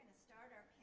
start our